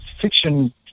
fiction